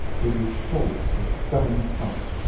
they will show a stubborn front.